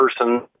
person